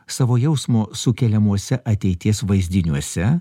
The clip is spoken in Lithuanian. savo jausmo sukeliamuose ateities vaizdiniuose